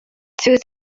two